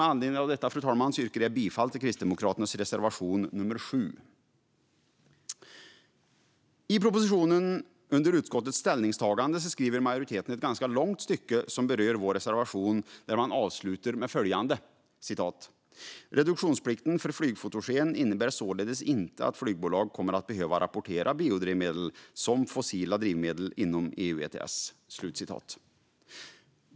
Med anledning av detta yrkar jag bifall till Kristdemokraternas reservation nummer 7. I betänkandet, under rubriken "Utskottets ställningstagande", skriver majoriteten ett ganska långt stycke som berör vår reservation. Man avslutar med följande: "Reduktionsplikten för flygfotogen innebär således inte att flygbolag kommer att behöva rapportera biodrivmedel som fossila drivmedel inom EU ETS."